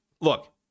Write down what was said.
Look